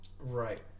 Right